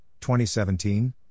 2017